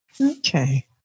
okay